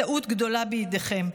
טעות גדולה בידיכם.